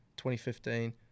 2015